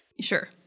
Sure